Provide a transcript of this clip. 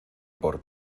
por